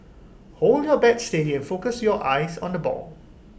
hold your bat steady and focus your eyes on the ball